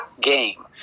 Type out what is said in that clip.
game